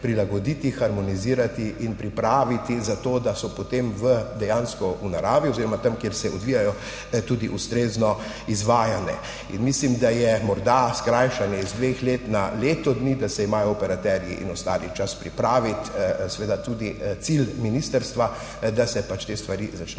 prilagoditi, harmonizirati in pripraviti za to, da so potem dejansko v naravi oziroma tam, kjer se odvijajo, tudi ustrezno izvajane. Mislim, da je morda skrajšanje iz dveh let na leto dni, da se imajo operaterji in ostali čas pripraviti, seveda tudi cilj ministrstva, da se pač te stvari začnejo